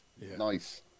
Nice